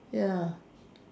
ya